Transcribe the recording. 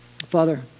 Father